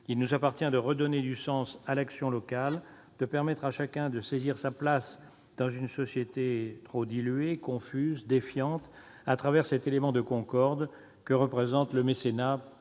Il nous appartient de redonner du sens à l'action locale et de permettre à chacun de trouver sa place dans une société trop diluée, confuse, défiante, à travers ce facteur de concorde que représentent le mécénat